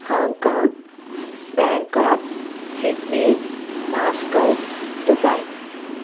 Hong Kong Bangkok Sydney Moscow Dubai